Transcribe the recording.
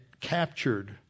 captured